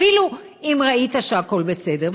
אפילו אם ראית שהכול בסדר,